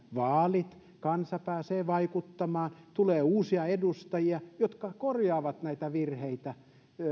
vaalit kansa pääsee vaikuttamaan tulee uusia edustajia jotka korjaavat näitä virheitä niin